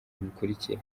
bikurikira